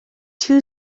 two